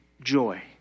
joy